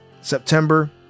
September